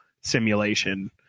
simulation